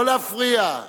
לא להפריע, לא להפריע.